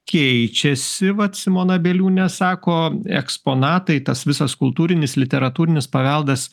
keičiasi vat simona bieliūnė sako eksponatai tas visas kultūrinis literatūrinis paveldas